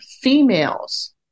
females